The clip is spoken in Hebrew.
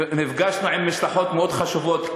נפגשנו עם משלחות מאוד חשובות,